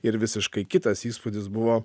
ir visiškai kitas įspūdis buvo